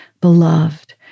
beloved